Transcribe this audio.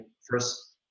first